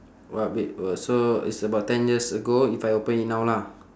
what be orh so it's about ten years ago if I open it now lah